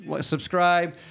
subscribe